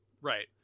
Right